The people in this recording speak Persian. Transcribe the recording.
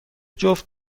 جفت